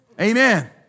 Amen